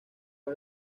los